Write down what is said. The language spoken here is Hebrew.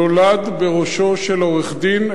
נולדה בראשו של עורך-דין,